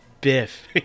biff